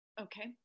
Okay